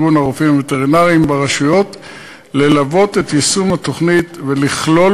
הרופאים הווטרינרים ברשויות ללוות את יישום התוכנית ולכלול